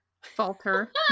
falter